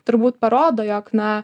turbūt parodo jog na